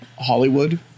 Hollywood